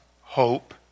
hope